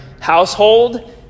Household